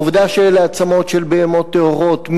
העובדה שאלה עצמות של בהמות טהורות,